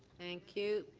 thank you.